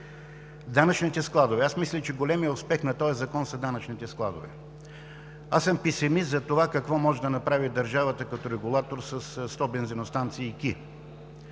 Данъчните складове. Аз мисля, че големият успех на този закон са данъчните складове. Аз съм песимист за това какво може да направи държавата като регулатор със сто бензиностанцийки.